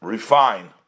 Refine